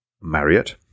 Marriott